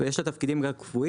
יש לה תפקידים גם קבועים,